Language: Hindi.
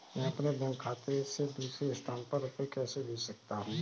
मैं अपने बैंक खाते से दूसरे स्थान पर रुपए कैसे भेज सकता हूँ?